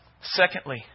Secondly